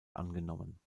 angenommen